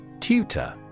Tutor